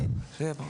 סוציאלי.